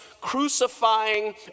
crucifying